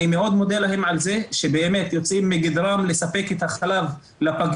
אני מאוד מודה להם על זה שבאמת יוצאים מגדרם לספק את החלב לפגיות,